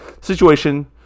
situation